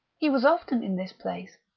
he was often in this place,